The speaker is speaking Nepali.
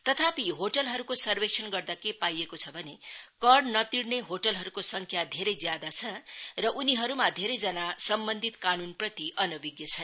तथापि होटेलहरूको सर्वेक्षण गर्दा के पाइएको छ भने कर नतिरने होटलहरूको संख्या धेरै ज्यादा छ र उनीहरूमा धेरैजना सम्बन्धित कानुनप्रति अनभिज्ञ छन्